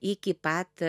iki pat